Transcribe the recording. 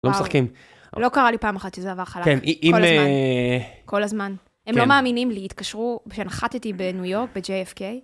לא משחקים. לא קרה לי פעם אחת שזה עבר חלק, כל הזמן. כל הזמן. הם לא מאמינים לי, התקשרו כשנחתתי בניו יורק ב-JFK.